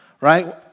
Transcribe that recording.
right